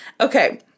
Okay